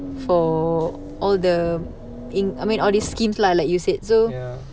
for all the in~ I mean all these schemes lah like you said so